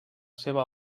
seva